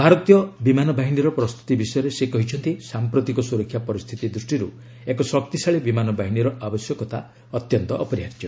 ଭାରତୀୟ ବିମାନ ବାହିନୀର ପ୍ରସ୍ତୁତି ବିଷୟରେ ସେ କହିଛନ୍ତି ସାଂପ୍ରତିକ ସୁରକ୍ଷା ପରିସ୍ଥିତି ଦୃଷ୍ଟିରୁ ଏକ ଶକ୍ତିଶାଳୀ ବିମାନ ବାହିନୀର ଆବଶ୍ୟକତା ଅତ୍ୟନ୍ତ ଅପରିହାର୍ଯ୍ୟ